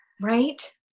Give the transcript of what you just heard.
Right